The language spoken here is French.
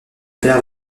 perd